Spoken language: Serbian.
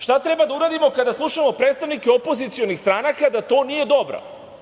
Šta treba da uradimo kada slušamo predstavnike opozicionih stranaka da to nije dobro?